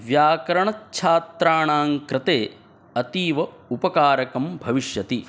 व्याकरणछात्राणां कृते अतीव उपकारकं भविष्यति